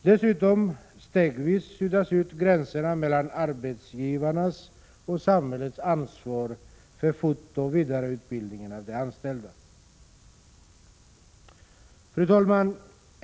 Dessutom utsuddas stegvis gränserna mellan arbetsgivarnas och samhällets ansvar för fortoch vidareutbildning av de anställda. Fru talman!